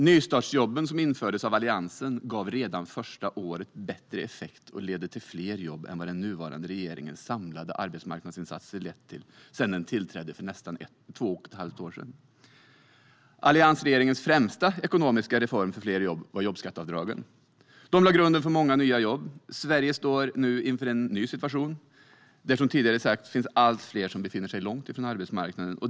Nystartsjobben som infördes av Alliansen gav redan första året bättre effekt och fler jobb än vad den nuvarande regeringens samlade arbetsmarknadsinsatser lett till sedan den tillträdde för nästan två och ett halvt år sedan. Alliansregeringens främsta ekonomiska reform för fler jobb var jobbskatteavdragen. De lade grunden för många nya jobb. Sverige står nu inför en ny situation där det som sagt finns allt fler som befinner sig långt från arbetsmarknaden.